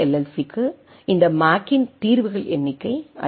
சிக்கு இந்த மேக்கின் தீர்வுகள் எண்ணிக்கை அதிகம்